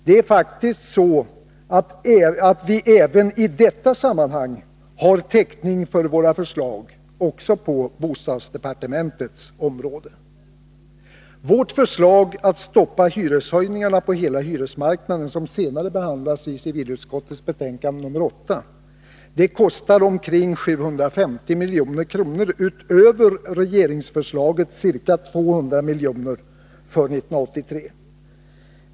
Det är faktiskt så att vi även i detta sammanhang har täckning för våra förslag på bostadsdepartementets område. Vårt förslag att stoppa hyreshöjningarna på hela hyresmarknaden, som senare kommer att behandlas i samband med civilutskottets betänkande nr 8, kostar omkring 750 milj.kr. utöver regeringsförslagets ca 200 miljoner för 1983.